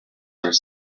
are